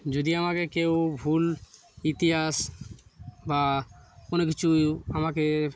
যদি আমাকে কেউ ভুল ইতিহাস বা কোনো কিছু আমাকে